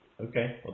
Okay